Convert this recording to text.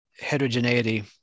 heterogeneity